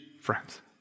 friends